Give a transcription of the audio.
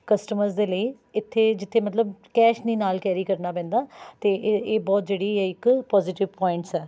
customers ਦੇ ਲਈ ਇੱਥੇ ਜਿੱਥੇ ਮਤਲਬ ਕੈਸ਼ ਨਹੀਂ ਨਾਲ ਕੈਰੀ ਕਰਨਾ ਪੈਂਦਾ ਅਤੇ ਇਹ ਬਹੁਤ ਜਿਹੜੀ ਹੈ ਇੱਕ ਪੋਜੀਟੀਵ ਪੁਆਇੰਟਸ ਹੈ